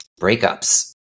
breakups